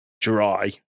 dry